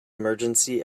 emergency